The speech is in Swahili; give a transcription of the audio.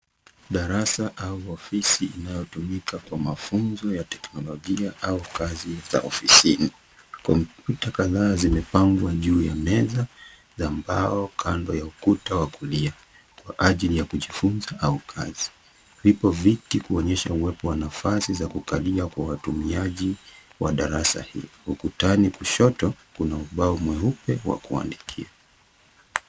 Darasa au ofisi inayotumika kwa mafunzo ya teknolojia au kazi za ofisini. Kompyuta kadhaa zimepangwa juu ya meza za mbao kando ya ukuta wa kulia. Kwa ajili ya kujifunza au kazi. Vipo viti kuoonyesha uwepo wa nafasi za kukalia kwa watumiaji wa darasa hii. Ukutani kushoto, kuna ubao mweupe wa kuandikia.